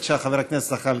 בבקשה, חבר הכנסת זחאלקה,